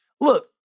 Look